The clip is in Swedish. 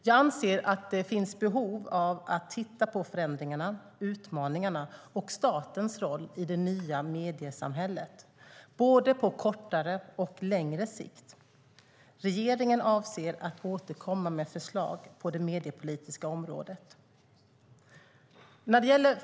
Jag anser att det finns behov av att titta på förändringarna, utmaningarna och statens roll i det nya mediesamhället - både på kortare och på längre sikt. Regeringen avser att återkomma med förslag på det mediepolitiska området.